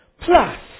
Plus